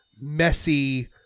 messy